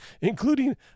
including